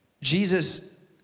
Jesus